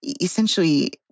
essentially